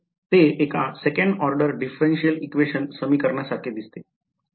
ते एका second order differential equation समीकरणा सारखे दिसते बरोबर